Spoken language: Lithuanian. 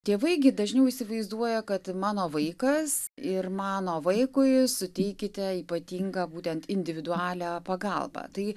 tėvai gi dažniau įsivaizduoja kad mano vaikas ir mano vaikui suteikite ypatingą būtent individualią pagalbą tai